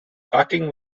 cutting